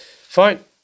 Fine